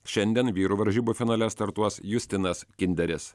šiandien vyrų varžybų finale startuos justinas kinderis